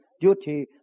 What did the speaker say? duty